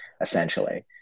essentially